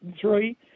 three